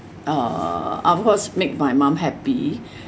uh of course made by mom happy